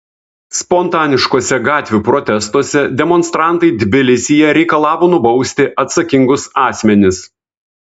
spontaniškuose gatvių protestuose demonstrantai tbilisyje reikalavo nubausti atsakingus asmenis